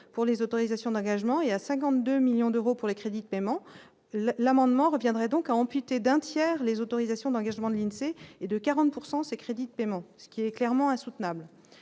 pour les autorisations d'engagement et à 52 millions d'euros pour les crédits de paiement, l'amendement reviendrait donc à amputer d'un tiers les autorisations d'engagement de Lindsay et de 40 pourcent ces crédits de paiement, ce qui est clairement insoutenable.